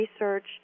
research